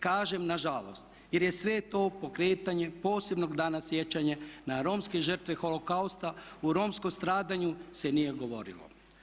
Kažem nažalost jer je sve to pokretanje posebno dana sjećanja na romske žrtve holokausta, o romskom stradanju se nije govorilo.